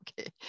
okay